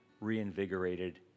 reinvigorated